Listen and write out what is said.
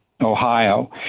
Ohio